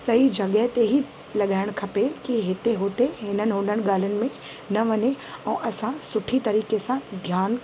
सही जॻहि ते ई लॻाइणु खपे की हिते हुते हिननि हुननि ॻाल्हियुनि में न वञे ऐं असां सुठी तरीक़े सां ध्यानु